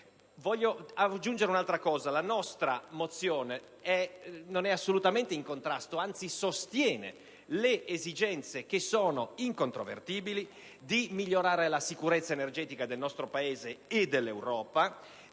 Voglio aggiungere un altro elemento: la nostra mozione non è assolutamente in contrasto, anzi, sostiene le incontrovertibili esigenze di migliorare la sicurezza energetica del nostro Paese e dell'Europa,